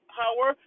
power